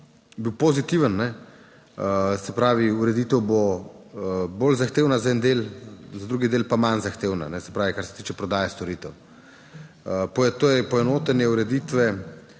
bil pozitiven. Se pravi ureditev bo bolj zahtevna za en del, za drugi del pa manj zahtevna, se pravi, kar se tiče prodaje storitev. To je poenotenje ureditve.